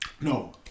No